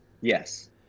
yes